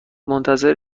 منتظر